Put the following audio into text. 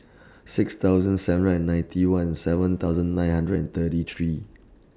six thousand seven hundred and ninety one seven thousand nine hundred and thirty three